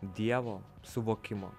dievo suvokimo